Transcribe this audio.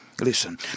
Listen